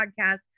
podcast